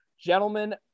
gentlemen